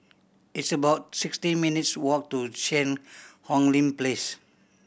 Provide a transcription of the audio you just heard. it's about sixty minutes' walk to Cheang Hong Lim Place